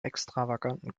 extravaganten